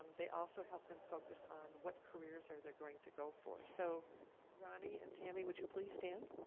they also help them focus on what careers are they going to go for. so ronny and tammy, would you please stand?